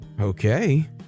Okay